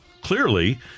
clearly